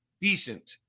decent